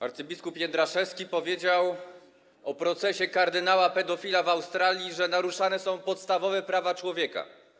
Abp Jędraszewski powiedział o procesie kardynała pedofila w Australii, że naruszane są podstawowe prawa człowieka.